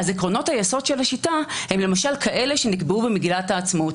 אז עקרונות היסוד של השיטה הם למשל כאלה שנקבעו במגילת העצמאות.